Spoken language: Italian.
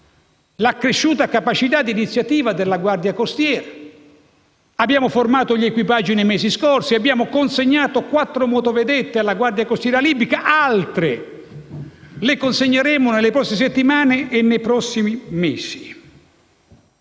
l'accresciuta capacità d'iniziativa della Guardia costiera. Abbiamo formato gli equipaggi nei mesi scorsi; abbiamo consegnato quattro motovedette alla Guardia costiera libica e altre ne consegneremo nelle prossime settimane e mesi. Nei